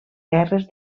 guerres